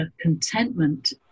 contentment